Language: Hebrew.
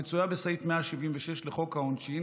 המצויה בסעיף 176 לחוק העונשין,